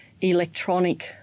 electronic